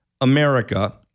America